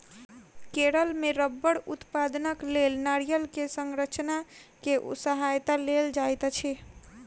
केरल मे रबड़ उत्पादनक लेल नारियल के संरचना के सहायता लेल जाइत अछि